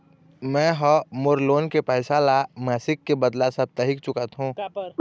में ह मोर लोन के पैसा ला मासिक के बदला साप्ताहिक चुकाथों